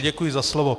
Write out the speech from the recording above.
Děkuji za slovo.